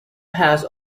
has